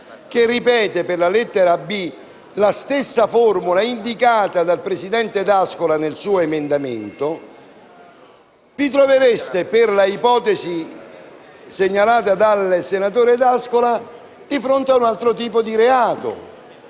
che ripete per la lettera *b)* la stessa formula indicata dal presidente D'Ascola nel suo emendamento, vi trovereste per l'ipotesi segnalata dal senatore D'Ascola di fronte a un altro tipo di reato,